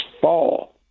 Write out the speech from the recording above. fall